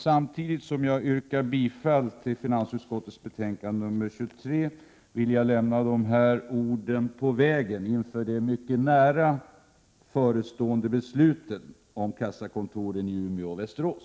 Samtidigt som jag yrkar bifall till finansutskottets betänkande nr 23 vill jag lämna dessa ord på vägen inför de mycket nära förestående besluten om kassakontoren i Umeå och Västerås.